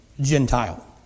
Gentile